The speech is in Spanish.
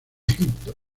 egipto